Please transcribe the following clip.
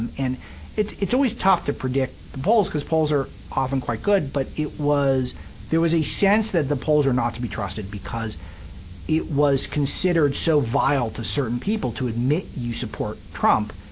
and and it's it's always tough to predict the polls, because polls are often quite good, but it was there was a sense that the polls were not to be trusted because it was considered so vile to certain people to admit you support trump,